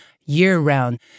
year-round